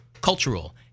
cultural